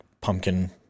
pumpkin